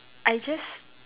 I just